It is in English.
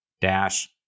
dash